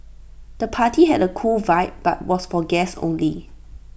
the party had A cool vibe but was for guests only